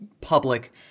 public